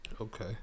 Okay